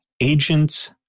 agents